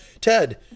Ted